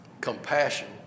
compassion